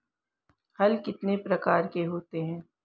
हल कितने प्रकार के होते हैं?